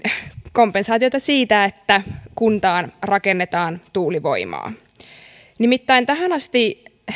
kompensaatiota siitä että kuntaan rakennetaan tuulivoimaa tähän asti